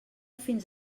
fins